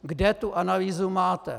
Kde tu analýzu máte?